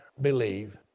believe